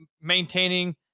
maintaining